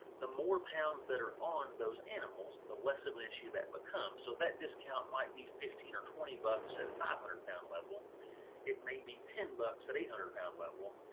the more pounds that are on those animals the less of an issue that becomes so that discount might be fifteen or twenty bucks at five hundred pound level it may be ten bucks at eight hundred pound level